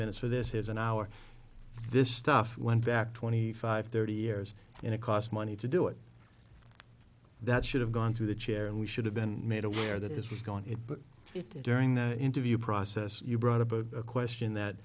minutes for this has an hour this stuff went back twenty five thirty years and it cost money to do it that should have gone to the chair and we should have been made aware that this was going to it but it during the interview process you brought up a question that